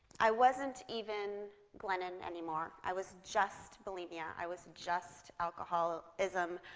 i wasn't even glennon anymore. i was just bulimia. i was just alcoholism.